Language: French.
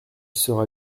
sera